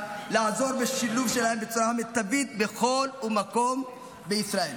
לעזור בשילוב שלהם בצורה מיטבית בכל מקום בישראל.